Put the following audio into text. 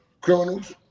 criminals